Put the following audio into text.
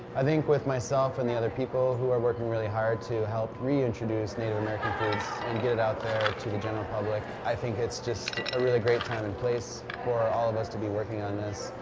i think with myself and the other people who are working really hard to help reintroduce native american foods and get it out there to the general public. i think it's just a really great time and place for all of us to be working on this.